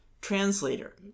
translator